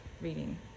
reading